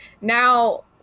now